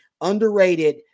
underrated